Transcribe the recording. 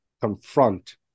confront